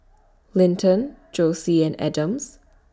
Linton Josie and Adams